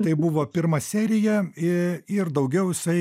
tai buvo pirma serija ir daugiau jisai